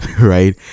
right